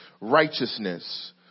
Righteousness